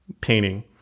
painting